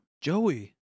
Joey